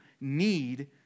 need